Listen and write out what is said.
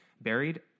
buried